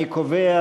אני קובע